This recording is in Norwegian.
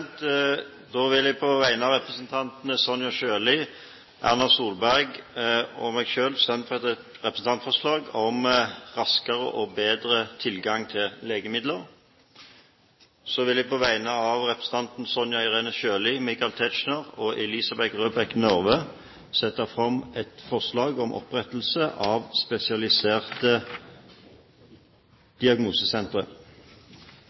vil på vegne av representantene Sonja Irene Sjøli, Erna Solberg og meg selv framsette et representantforslag om raskere og bedre tilgang til legemidler. Så vil jeg på vegne av representantene Sonja Irene Sjøli, Michael Tetzschner, Elisabeth Røbekk Nørve og meg selv sette fram et forslag om opprettelse av